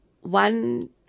One